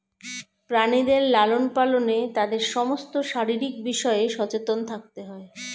প্রাণীদের লালন পালনে তাদের সমস্ত শারীরিক বিষয়ে সচেতন থাকতে হয়